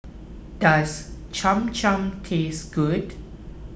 does Cham Cham taste good